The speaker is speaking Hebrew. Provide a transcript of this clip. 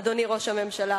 אדוני ראש הממשלה,